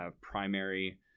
primary